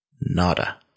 Nada